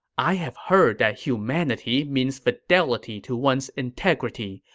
i have heard that humanity means fidelity to one's integrity,